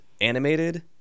Animated